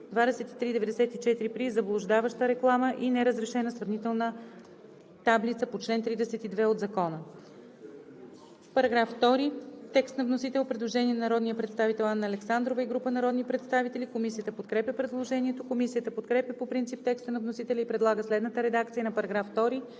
при заблуждаваща реклама и неразрешена сравнителна реклама по чл. 32 от Закона.“ По § 2 има предложение от народния представител Анна Александрова и група народни представители: Комисията подкрепя предложението. Комисията подкрепя по принцип текста на вносителя и предлага следната редакция на § 2: „§ 2.